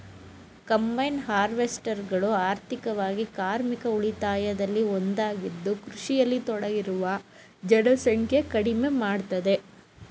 combine ಹಾರ್ವೆಸ್ಟರ್ಗಳು ಆರ್ಥಿಕವಾಗಿ ಕಾರ್ಮಿಕ ಉಳಿತಾಯದಲ್ಲಿ ಒಂದಾಗಿದ್ದು ಕೃಷಿಯಲ್ಲಿ ತೊಡಗಿರುವ ಜನಸಂಖ್ಯೆ ಕಡಿಮೆ ಮಾಡ್ತದೆ